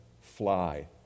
fly